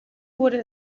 wurde